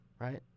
Right